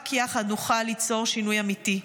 רק יחד נוכל ליצור שינוי אמיתי.